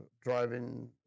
driving